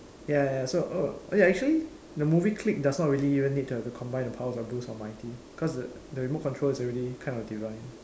ya ya so oh oh ya actually the movie Click does not really even need to have to combine the powers of Bruce Almighty cause the remote control is already kind of divine